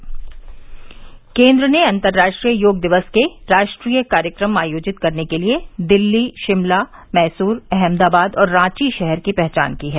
योग दिवस केन्द्र ने अंतर्राष्ट्रीय योग दिवस के राष्ट्रीय कार्यक्रम आयोजित करने के लिए दिल्ली शिमला मैसुरु अहमदाबाद और रांची शहर की पहचान की है